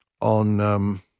on